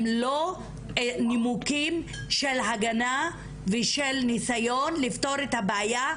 הם לא נימוקים של הגנה ושל ניסיון לפתור את הבעיה,